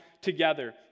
together